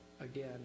Again